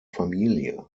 familie